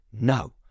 no